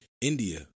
India